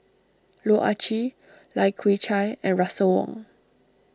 Loh Ah Chee Lai Kew Chai and Russel Wong